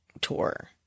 tour